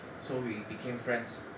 so we became friends